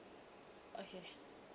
okay